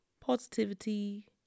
positivity